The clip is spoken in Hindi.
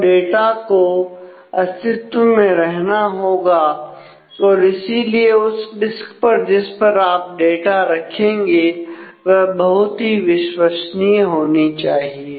तो डाटा को अस्तित्व में रहना होगा और इसीलिए उस डिस्क पर जिस पर डाटा रखेंगे वह बहुत ही विश्वसनीय होनी चाहिए